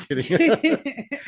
kidding